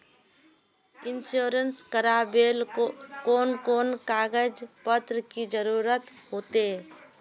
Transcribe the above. Insurance करावेल कोन कोन कागज पत्र की जरूरत होते?